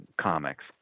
comics